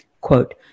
quote